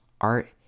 art